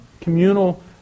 communal